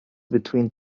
between